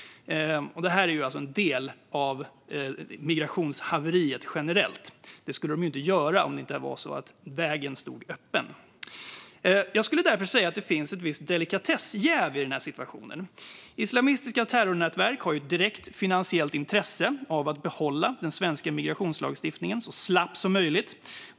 Detta är alltså en del av migrationshaveriet generellt. Det skulle de ju inte göra om det inte var så att vägen låg öppen. Jag skulle därför säga att det finns ett visst delikatessjäv i den här situationen. Islamistiska terrornätverk har ett direkt finansiellt intresse av att behålla den svenska migrationslagstiftningen så slapp som möjligt.